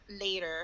later